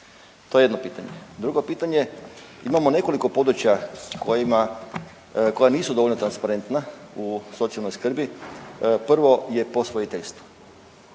To je jedno pitanje. Drugo pitanje, imamo nekoliko područja koja nisu dovoljno transparentna u socijalnoj skrbi, prvo je posvojiteljstvo,